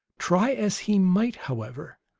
try as he might, however,